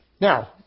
Now